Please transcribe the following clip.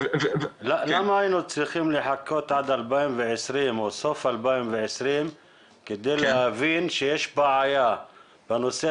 למה היינו צריכים לחכות עד 2020 או סוף 2020 כדי להבין שיש בעיה בנושא